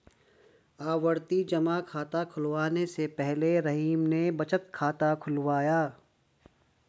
आवर्ती जमा खाता खुलवाने से पहले रहीम ने बचत खाता खुलवाया